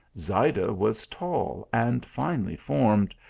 zayda was tall and finely formed,